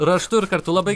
raštu ir kartu labai